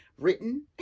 written